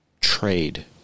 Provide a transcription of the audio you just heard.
trade